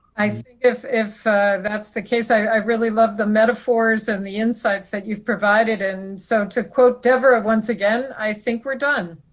i think if that's the case, i really loved the metaphors and the insights that you've provided. and so to quote devra once again. i think we're done.